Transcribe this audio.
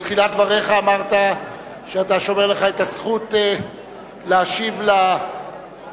בתחילת דבריך אמרת שאתה שומר את הזכות להשיב למתווכחים.